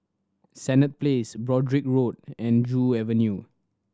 Senett Place Broadrick Road and Joo Avenue